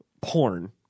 porn